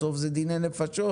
בסוף זה דיני נפשות.